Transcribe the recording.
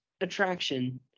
attraction